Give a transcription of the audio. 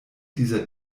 dieser